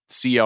CR